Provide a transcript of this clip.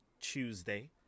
tuesday